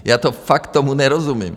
Já fakt tomu nerozumím.